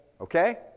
okay